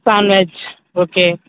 sandwich okay